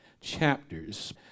chapters